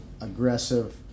aggressive